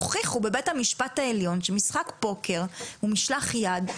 והוכיחו בבית המשפט העליון שמשחק פוקר הוא משלח יד,